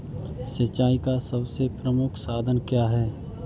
सिंचाई का सबसे प्रमुख साधन क्या है?